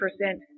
percent